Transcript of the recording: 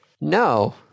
No